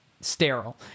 sterile